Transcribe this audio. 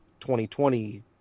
2020